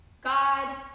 God